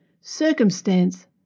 circumstance